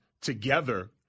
together